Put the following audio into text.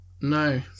no